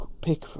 pick